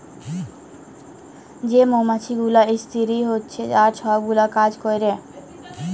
যে মমাছি গুলা ইস্তিরি হছে আর ছব গুলা কাজ ক্যরে